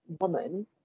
woman